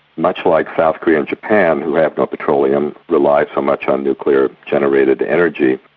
much like south korea and japan, who have no petroleum, rely so much on nuclear generated energy.